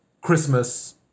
Christmas